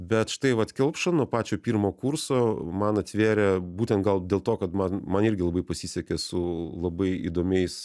bet štai vat kelpša nuo pačio pirmo kurso man atvėrė būtent gal dėl to kad man man irgi labai pasisekė su labai įdomiais